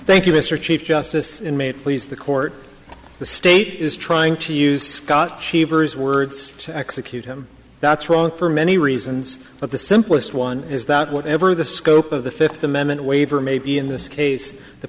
thank you mr chief justice and may it please the court the state is trying to use scott cheever's words to execute him that's wrong for many reasons but the simplest one is that whatever the scope of the fifth amendment waiver may be in this case the